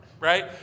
right